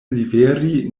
liveri